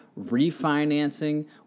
refinancing